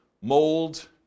mold